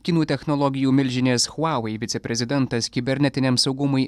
kinų technologijų milžinės huavei viceprezidentas kibernetiniam saugumui